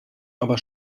aber